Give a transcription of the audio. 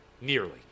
nearly